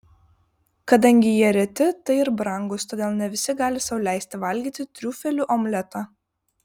kadangi jie reti tai ir brangūs todėl ne visi gali sau leisti valgyti triufelių omletą